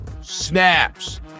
snaps